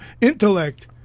intellect